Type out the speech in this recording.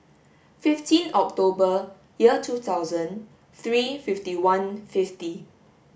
fifteen October year two thousand three fifty one fifty